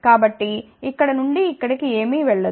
కాబట్టి ఇక్కడ నుండి ఇక్కడికి ఏమీ వెళ్ళదు